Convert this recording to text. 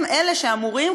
הם אלה שאמורים,